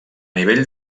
nivell